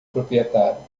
proprietário